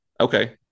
Okay